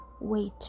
wait